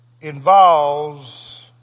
Involves